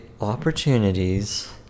opportunities